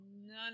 none